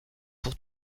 pour